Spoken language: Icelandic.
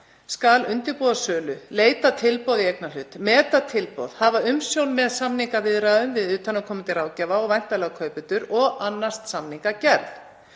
skal undirbúa sölu, leita tilboða í eignarhlut, meta tilboð, hafa umsjón með samningaviðræðum við utanaðkomandi ráðgjafa og væntanlega kaupendur og annast samningagerð.